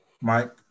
Mike